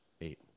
eight